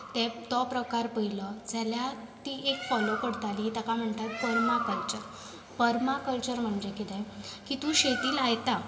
तो प्रकार पळयलो जाल्यार तीं एक फॉलो करतालीं ताका म्हणटात परमाकल्चर परमाकल्चर म्हणजें कितें की तूं शेती लायता